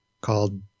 called